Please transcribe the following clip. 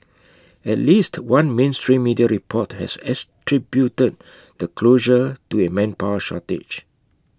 at least one mainstream media report has attributed the closure to A manpower shortage